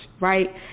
right